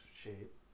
shape